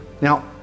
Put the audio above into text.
Now